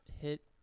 hit